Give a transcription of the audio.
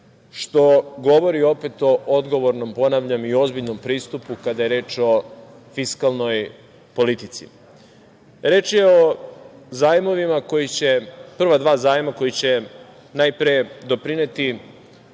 što govori opet o odgovornom, ponavljam, i ozbiljnom pristupu kada je reč o fiskalnoj politici. Reč je o zajmovima koji će, prva dva zajma koji će najpre doprineti